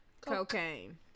cocaine